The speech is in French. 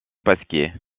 pasquier